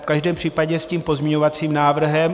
V každém případě s tím pozměňovacím návrhem.